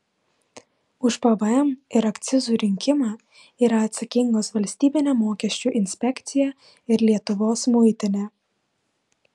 už pvm ir akcizų rinkimą yra atsakingos valstybinė mokesčių inspekcija ir lietuvos muitinė